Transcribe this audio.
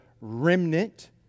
remnant